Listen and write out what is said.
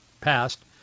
passed